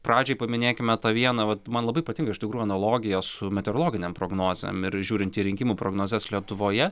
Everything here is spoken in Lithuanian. pradžiai paminėkime tą vieną vat man labai patinka iš tikrų analogija su meteorologinėm prognozėm ir žiūrint į rinkimų prognozes lietuvoje